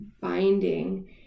binding